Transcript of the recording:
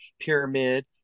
pyramid